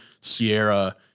Sierra